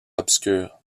obscure